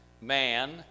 man